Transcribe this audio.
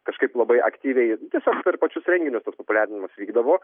kažkaip labai aktyviai tiesiog per pačius renginius tuos populiarinimas vykdavo